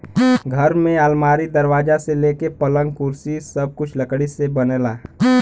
घर में अलमारी, दरवाजा से लेके पलंग, कुर्सी सब कुछ लकड़ी से बनला